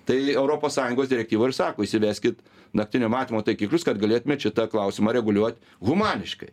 tai europos sąjungos direktyvoj ir sako įsiveskit naktinio matymo taikiklius kad galėtumėt šitą klausimą reguliuot humaniškai